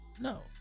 no